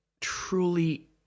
truly